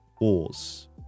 Wars